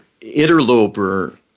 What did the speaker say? interloper